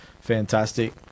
fantastic